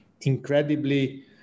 incredibly